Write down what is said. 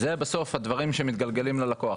אלה הם הדברים שמתגלגלים, בסוף, אל הלקוח.